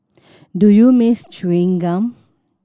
do you miss chewing gum